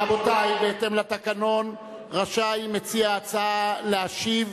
רבותי, בהתאם לתקנון, רשאי מציע ההצעה להשיב.